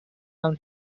when